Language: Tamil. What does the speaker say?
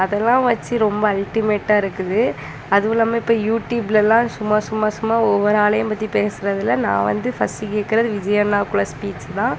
அதெல்லாம் வச்சு ரொம்ப அல்ட்டிமேட்டாக இருக்குது அதுவும் இல்லாமல் இப்போ யூடியூப்லலாம் சும்மா சும்மா சும்மா ஒவ்வொரு ஆளையும் பற்றி பேசுகிறதுல நான் வந்து ஃபஸ்ட்டு கேட்குறது விஜய் அண்ணா கூட ஸ்பீச் தான்